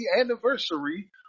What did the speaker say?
anniversary